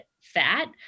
fat